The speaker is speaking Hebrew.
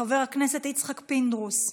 חבר הכנסת יצחק פינדרוס,